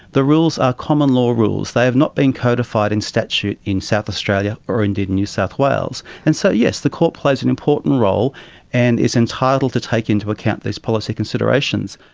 the rules are common law rules, they have not been codified in statute in south australia or indeed new south wales. and so yes, the court plays an important role and is entitled to take into account these policy considerations.